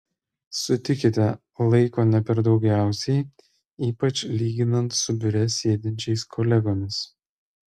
sutikite laiko ne per daugiausiai ypač lyginant su biure sėdinčiais kolegomis